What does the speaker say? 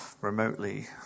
remotely